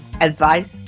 advice